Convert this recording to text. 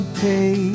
pay